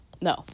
No